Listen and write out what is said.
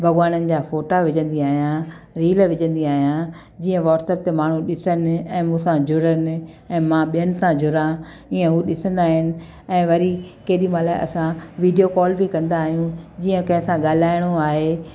भॻवाननि जा फोटा विझंदी आहियां रील विझंदी आहियां जीअं व्हाट्सअप ते माण्हू ॾिसनि ऐं मूं सां जुड़नि ऐं मां ॿियनि सां जुड़िया ईअं हू ॾिसंदा आहिनि ऐं वरी केॾीमहिल असां वीडियो कॉल बि कंदा आहियूं जीअं कंहिं सां ॻाल्हाइणो आहे